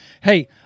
Hey